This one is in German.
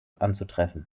anzutreffen